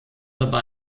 dabei